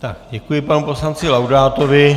Tak, děkuji panu poslanci Laudátovi.